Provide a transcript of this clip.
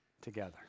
together